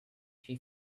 she